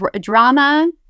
drama